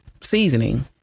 seasoning